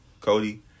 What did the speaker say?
cody